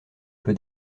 peu